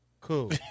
cool